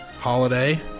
holiday